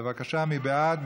בבקשה, מי בעד?